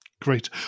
Great